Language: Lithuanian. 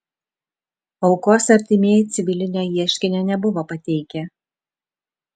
aukos artimieji civilinio ieškinio nebuvo pateikę